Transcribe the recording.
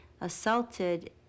assaulted